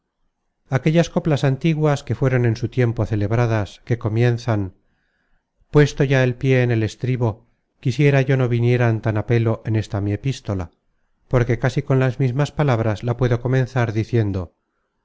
aquellas coplas antiguas que fueron en su tiempo celebradas que comienzan puesto ya el pié en el estribo quisiera yo no vinieran tan á pelo en esta mi epístola porque casi con las mismas palabras la puedo comenzar diciendo